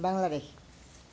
Bangladesh